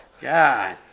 God